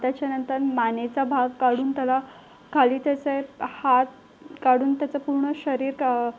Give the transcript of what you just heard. त्याच्यानंतर मानेचा भाग काढून त्याला खाली त्याचे हात काढून त्याचं पूर्ण शरीर क